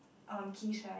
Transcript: um keys right